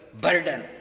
burden